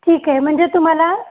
ठीक आहे म्हणजे तुम्हाला